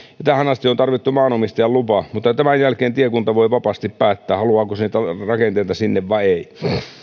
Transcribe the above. ja tähän asti on tarvittu maanomistajan lupa mutta tämän jälkeen tiekunta voi vapaasti päättää haluaako se niitä rakenteita sinne vai ei